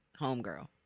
homegirl